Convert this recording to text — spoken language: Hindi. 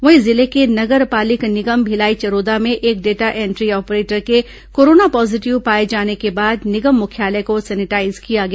वहीं जिले के नगर पालिक निगम भिलाई चरोदा में एक डाटा एंट्री ऑपरेटर के कोरोना पॉजीटिव पाए जाने के बाद निगम मुख्यालय को सेनिटाईज किया गया